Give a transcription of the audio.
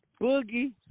Boogie